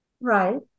Right